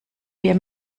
wir